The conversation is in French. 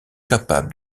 capables